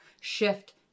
shift